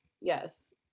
Yes